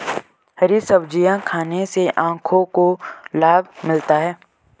हरी सब्जियाँ खाने से आँखों को लाभ मिलता है